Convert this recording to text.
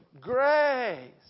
Grace